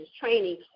training